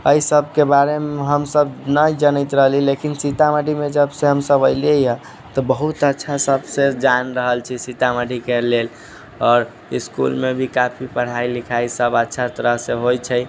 एहि सबके बारेमे हमसब नहि जनैत रहली लेकिन सीतामढ़ीमे जबसे हमसब अयलियै तऽ बहुत अच्छा सबसे जान रहल छी सीतामढ़ीके लेल आओर इसकुलमे भी काफी पढ़ाइ लिखाइ सब अच्छा तरह से होइ छै